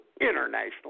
International